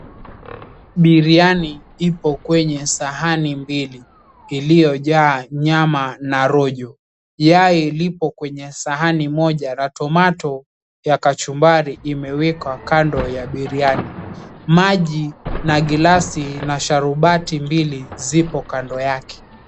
Biriani ipo kwenye sahani mbili iliyojaa nyama na rojo. Yai lipo kwenye sahani moja na tomato ya kachumbari imewekwa kando ya biriani. Maji na gilasi na sharubati mbili zipo kando yake.